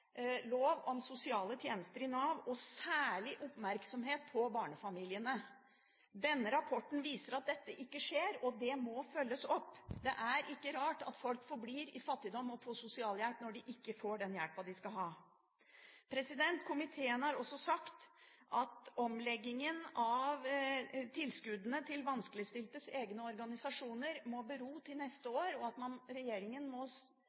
lov om sosiale tjenester i Nav, med særlig oppmerksomhet på barnefamiliene. Denne rapporten viser at dette ikke skjer, og det må følges opp. Det er ikke rart at folk forblir i fattigdom og på sosialhjelp når de ikke får den hjelpen de skal ha. Komiteen har også sagt at omleggingen av tilskuddene til vanskeligstiltes egne organisasjoner må bero til neste år, og at regjeringen må